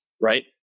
right